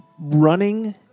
Running